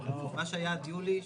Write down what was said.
מה שהיה עד יולי שימשיך.